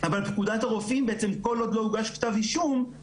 אבל בפקודת הרופאים בעצם כל עוד לא הוגש כתב אישום,